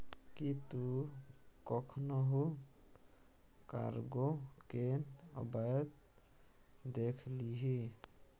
कि तु कखनहुँ कार्गो केँ अबैत देखलिही?